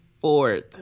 fourth